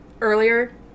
earlier